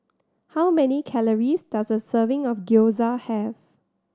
how many calories does a serving of Gyoza have